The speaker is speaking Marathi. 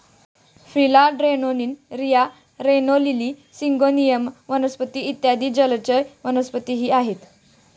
फिला डेन्ड्रोन, रिया, रेन लिली, सिंगोनियम वनस्पती इत्यादी जलचर वनस्पतीही आहेत